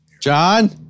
John